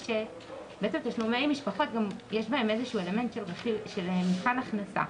שבתשלומי משפחות יש אלמנט כלשהו של מבחן הכנסה.